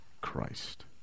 Christ